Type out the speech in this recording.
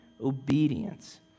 obedience